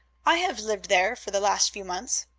i have lived there for the last few months.